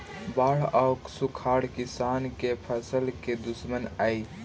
बाढ़ आउ सुखाड़ किसान के फसल के दुश्मन हइ